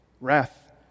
Wrath